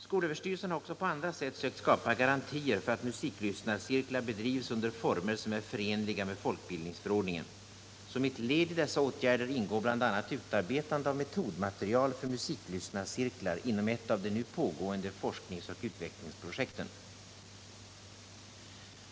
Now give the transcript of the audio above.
Skolöverstyrelsen har också på andra sätt sökt skapa garantier för att musiklyssnarcirklar bedrivs under former som är förenliga med folkbildningsförordningen. Som ett led i dessa åtgärder ingår bl.a. utarbetande av metodmaterial för musiklyssnarcirklar inom ett av de nu pågående forskningsoch utvecklingsprojekten.